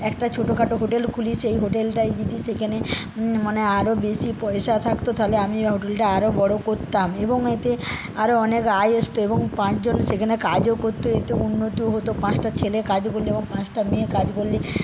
একটা ছোট খাটো হোটেল খুলি সেই হোটেলটায় যদি সেখানে মানে আরও বেশী পয়সা থাকত তাহলে আমি হোটেলটা আরও বড়ো করতাম এবং এতে আরও অনেক আয় এ সত এবং পাঁচজন সেখানে কাজও করত এতে উন্নতিও হত পাঁচটা ছেলে কাজ করলে ও পাঁচটা মেয়ে কাজ করলে